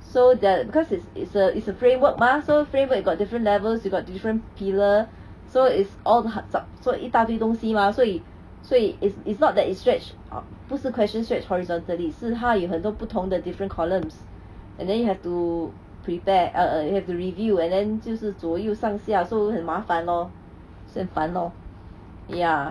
so that because it's it's a it's a framework mah so framework you got different levels you got different pillar so it's all hearts up so 一大堆东西嘛所以所以 is it's not that stretch uh 不是 questions stretch horizontally 是他有很多不同的 different columns and then you have to prepare err err you have to review and then 就是左右上下 so 很麻烦咯所以很烦咯 ya